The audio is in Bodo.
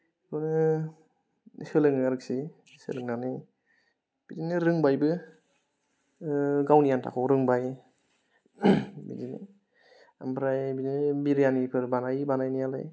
आरो सोलोङो आरोखि सोलोंनानै बिदिनो रोंबायबो ओ गावनि आन्थाखौ रोंबाय बिदिनो ओमफ्राय बिदिनो बिरियानीफोर बानायो बानायनायालाय